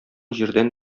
җирдән